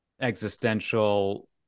existential